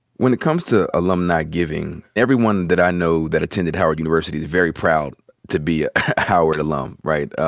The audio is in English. when it comes to alumni giving, everyone that i know that attended howard university is very proud to be howard alum, right?